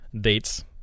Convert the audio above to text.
dates